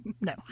No